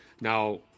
Now